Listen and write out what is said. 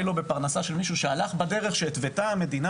לא בפרנסה של מישהו שהלך בדרך שהתוותה המדינה